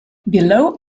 below